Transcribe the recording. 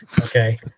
Okay